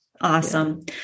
Awesome